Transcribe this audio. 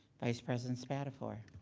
vice president spadafore.